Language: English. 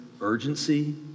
urgency